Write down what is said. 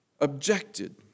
objected